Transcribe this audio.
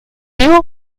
love